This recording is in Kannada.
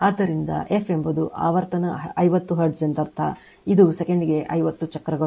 ಆದ್ದರಿಂದ f ಎಂಬುದು ಆವರ್ತನ 50 ಹರ್ಟ್ಜ್ ಎಂದರ್ಥ ಇದು ಸೆಕೆಂಡಿಗೆ 50 ಚಕ್ರಗಳು